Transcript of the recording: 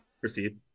Proceed